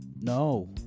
No